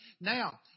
Now